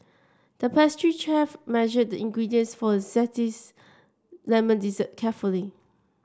the pastry chef measured the ingredients for a lemon dessert carefully